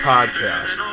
Podcast